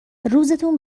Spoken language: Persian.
روزتون